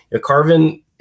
Carvin